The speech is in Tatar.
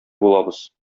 булабыз